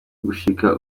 gushika